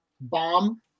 bomb